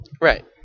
Right